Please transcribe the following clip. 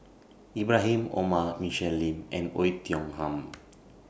Ibrahim Omar Michelle Lim and Oei Tiong Ham